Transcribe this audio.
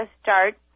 start